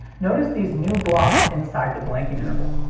notice these new blocks inside the blanking interval.